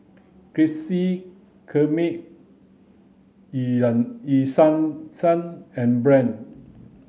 Krispy Kreme Eu Yan Eu Sang Sang and Brand's